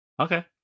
Okay